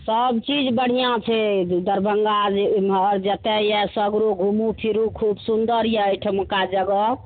सब चीज बढ़िआँ छै दरभंगा जतऽ यऽ सगरो घुमू फिरू खूब सुन्दर यऽ अइठमका जगह